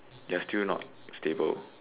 you are still not stable